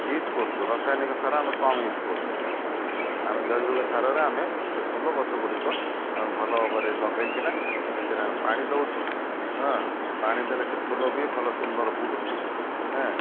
use କରୁଛୁ ରସାୟନିକ ସାର ଆମେ କମ୍ ୟୁଜ୍ କରୁଛୁ ସେଥିରେ ଆମେ ଜୈବିକ ସାରରେ ଆମେ ସେ ଫୁଲ ଗଛ ଗୁଡ଼ିକ ଆମେ ଭଲ ଭାବରେ ଲଗେଇକିନା ସେଥିରେ ଆମେ ପାଣି ଦେଉଛୁ ପାଣି ଦେଲେ ସେ ଫୁଲ ବି ଭଲ ସୁନ୍ଦର ଫୁଟୁଛି